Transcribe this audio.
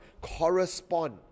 correspond